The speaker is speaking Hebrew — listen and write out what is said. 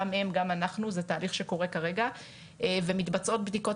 גם הם וגם אנחנו וזה תהליך שקורה כרגע ומתבצעות בדיקות